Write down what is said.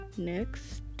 next